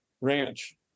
ranch